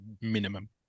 Minimum